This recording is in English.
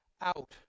out